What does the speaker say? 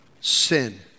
sin